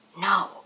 No